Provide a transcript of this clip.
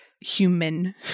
human